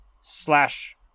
slash